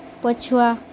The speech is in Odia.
ପଛୁଆ